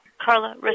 Carla